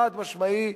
חד-משמעי,